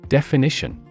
Definition